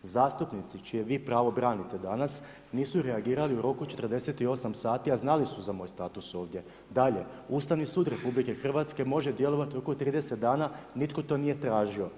Zastupnici čije vi pravo branite danas, nisu reagirali u roku 48 sati a znali su za moj status ovdje Dalje, Ustavni sud RH može djelovati u roku od 30 dana, nitko to nije tražio.